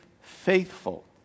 faithful